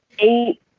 eight